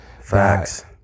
Facts